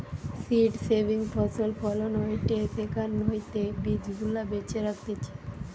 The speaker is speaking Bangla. সীড সেভিং ফসল ফলন হয়টে সেখান হইতে বীজ গুলা বেছে রাখতিছে